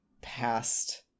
past